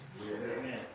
Amen